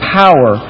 power